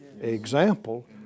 example